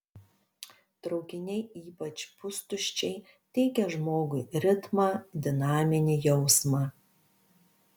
traukiniai ypač pustuščiai teikia žmogui ritmą dinaminį jausmą